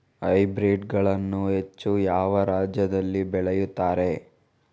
Hybrid ಗಳನ್ನು ಹೆಚ್ಚು ಯಾವ ರಾಜ್ಯದಲ್ಲಿ ಬೆಳೆಯುತ್ತಾರೆ?